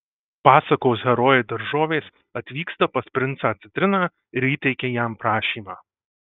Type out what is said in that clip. pasakos herojai daržovės atvyksta pas princą citriną ir įteikia jam prašymą